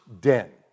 den